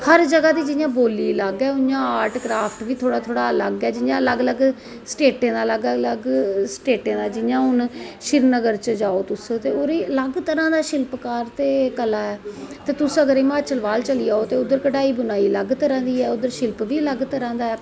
हर जगह् दी जियां बोल्ली अलग ऐ इयां गै आर्ट ऐंड़ क्राफ्ट थोह्ड़ा थोह्ड़ा अलग ऐ जियां अलग अलग स्टेटें द अलग अलग जियां हून श्री नगर च जाओ तुस ते ओह्दे च अलग तरां दा शिल्पकार ते कला ऐ ते अगर तुस हिमाचल चली जाओ ते उद्धर कढ़ाई बुनाई अलग तरां दी ऐ उध्दर शिल्प बी अलग तरां दा ऐ